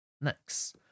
Next